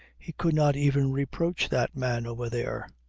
he could not even reproach that man over there.